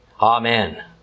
Amen